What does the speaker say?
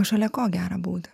o šalia ko gerą būdą